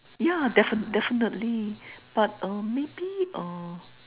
yeah defi~ definitely but uh maybe uh